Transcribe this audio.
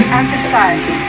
emphasize